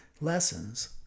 lessons